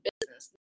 business